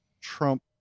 Trump